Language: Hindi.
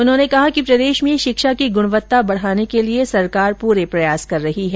उन्होंने कहा कि प्रदेश में शिक्षा की गुणवत्ता बढ़ाने के लिए सरकार पूरे प्रयास कर रही है